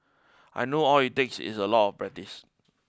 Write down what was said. I know all it takes is a lot of practice